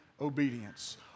obedience